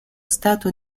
stato